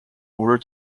order